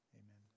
amen